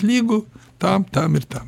lygu tam tam ir tam